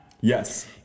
Yes